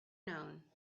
known